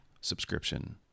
subscription